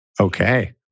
Okay